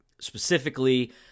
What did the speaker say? specifically